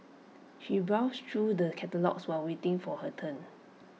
she browsed through the catalogues while waiting for her turn